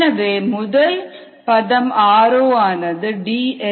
எனவே முதல் பதம் r0 வானது dS0dt